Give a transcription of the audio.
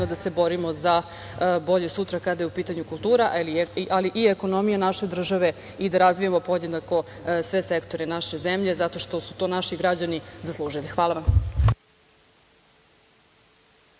da se borimo za bolje sutra kada je u pitanju kultura, ali i ekonomija naše države i da razvijamo podjednako sve sektore naše zemlje zato što su to naši građani zaslužili. Hvala vam.